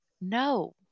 No